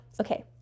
okay